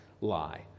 lie